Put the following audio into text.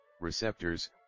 receptors